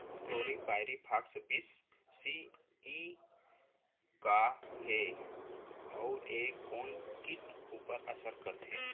Chlorpyrifos बीस CE का हे अऊ ए कोन किट ऊपर असर करथे?